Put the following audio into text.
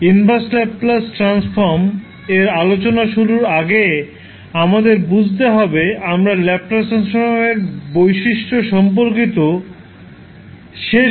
inverse Laplace transform এর আলোচনা শুরুর আগে আমাদের বুঝতে হবে আমরা ল্যাপ্লাস ট্রান্সফর্ম এর বৈশিষ্ট্য সম্পর্কিত শেষ বক্তব্যে যা আলোচনা করেছি